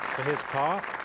his par